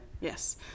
Yes